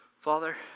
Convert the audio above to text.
Father